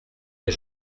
mes